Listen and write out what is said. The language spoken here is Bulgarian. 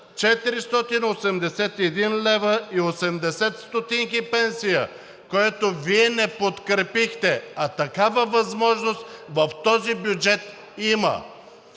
481,80 лв. пенсия, което Вие не подкрепихте, а такава възможност в този бюджет има.